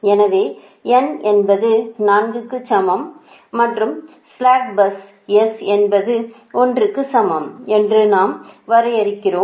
எனவே n என்பது 4 க்கு சமம் மற்றும் ஸ்ளாக் பஸ் s என்பது 1 க்கு சமம் என்று நாம் வறையறுக்றோம்